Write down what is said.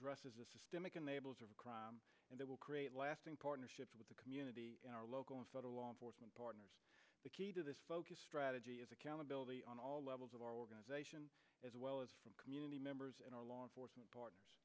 of crime and that will create lasting partnerships with the community in our local and federal law enforcement partners the key to this focus strategy is accountability on all levels of our organization as well as community members and our law enforcement partners